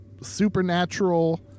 supernatural